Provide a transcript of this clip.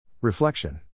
Reflection